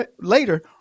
later